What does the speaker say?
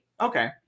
Okay